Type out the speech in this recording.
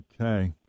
Okay